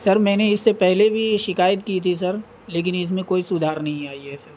سر میں نے اس سے پہلے بھی شکایت کی تھی سر لیکن اس میں کوئی سدھار نہیں آئی ہے سر